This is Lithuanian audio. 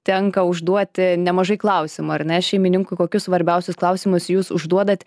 tenka užduoti nemažai klausimų ar ne šeimininkui kokius svarbiausius klausimus jūs užduodat